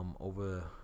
over